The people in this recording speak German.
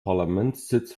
parlamentssitz